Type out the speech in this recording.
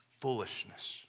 foolishness